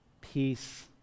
peace